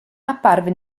apparve